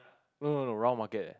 no no no round market leh